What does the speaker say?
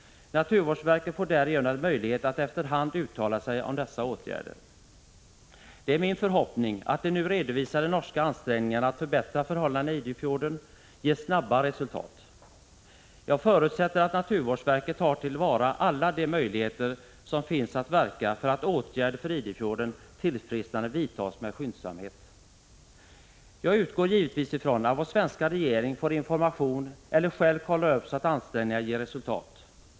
Naturvårdsverket får därigenom möjlighet att efter hand uttala sig om dessa åtgärder. Det är min förhoppning att de nu redovisade norska ansträngningarna att förbättra förhållandena i Idefjorden ger snabba resultat. Jag förutsätter att naturvårdsverket tar till vara alla de möjligheter som finns att verka för att åtgärder för Idefjordens tillfrisknande vidtas med skyndsamhet.” Jag utgår givetvis ifrån att vår svenska regering får information eller själv kontrollerar att ansträngningarna ger resultat.